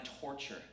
Torture